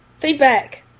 Feedback